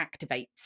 activates